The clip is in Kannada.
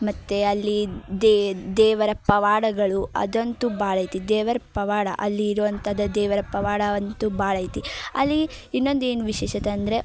ಮತ್ತು ಅಲ್ಲಿ ದೇವರ ಪವಾಡಗಳು ಅದಂತೂ ಭಾಳ ಐತಿ ದೇವರ ಪವಾಡ ಅಲ್ಲಿ ಇರುವಂಥದ್ದು ದೇವರ ಪವಾಡವಂತೂ ಭಾಳ ಐತಿ ಅಲ್ಲಿ ಇನ್ನೊಂದು ಏನು ವಿಶೇಷತೆ ಅಂದರೆ